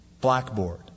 blackboard